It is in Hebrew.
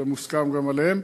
זה מוסכם גם עליהם.